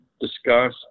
discuss